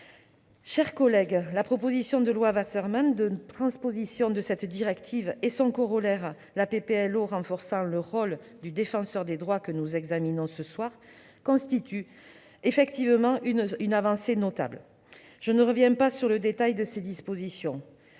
Chers collègues, la proposition de loi Waserman de transposition de cette directive et son corollaire, la proposition de loi organique renforçant le rôle du Défenseur des droits, que nous examinons ce soir, constituent effectivement des avancées notables. Je ne reviens pas sur le détail de leurs dispositions.